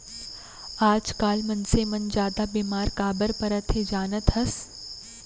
आजकाल मनसे मन जादा बेमार काबर परत हें जानत हस?